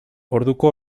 orduko